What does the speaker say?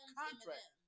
contract